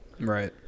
Right